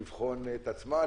לבחון את עצמה,